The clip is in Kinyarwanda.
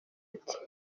ati